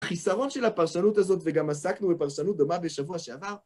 חיסרון של הפרשנות הזאת, וגם עסקנו בפרשנות דומה בשבוע שעבר,